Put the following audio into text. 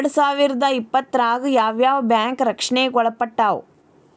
ಎರ್ಡ್ಸಾವಿರ್ದಾ ಇಪ್ಪತ್ತ್ರಾಗ್ ಯಾವ್ ಯಾವ್ ಬ್ಯಾಂಕ್ ರಕ್ಷ್ಣೆಗ್ ಒಳ್ಪಟ್ಟಾವ?